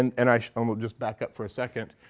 and and i'll um just back up for a second.